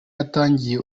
yatangiye